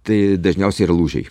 tai dažniausiai yra lūžiai